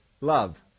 love